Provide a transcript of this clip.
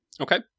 Okay